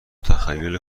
تخیل